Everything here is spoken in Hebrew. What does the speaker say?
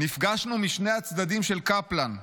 נפגשנו משני הצדדים של קפלן.